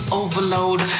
overload